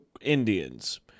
Indians